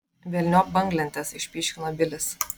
velniop banglentes išpyškino bilis